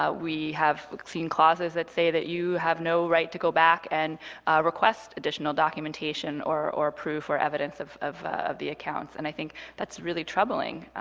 ah we have seen clauses that say that you have no right to go back and request additional documentation or or proof or evidence of of the accounts, and i think that's really troubling.